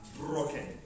broken